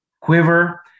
quiver